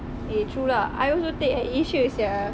eh true lah I also take AirAsia sia